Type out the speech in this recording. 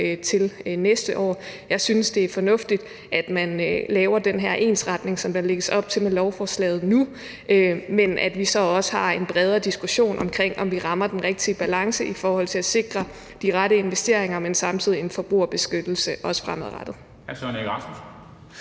til næste år. Jeg synes, det er fornuftigt, at man laver den her ensretning, som der lægges op til med lovforslaget, men at vi så også har en bredere diskussion om, om vi rammer den rigtige balance i forhold til at sikre de rette investeringer, men samtidig forbrugerbeskyttelse også fremadrettet.